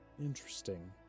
Interesting